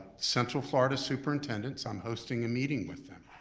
central florida superintendents, i'm hosting a meeting with them.